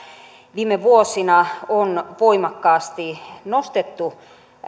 viime vuosina on voimakkaasti nostettu